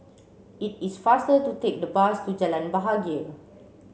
it is faster to take the bus to Jalan Bahagia